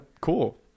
cool